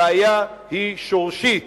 הבעיה היא שורשית,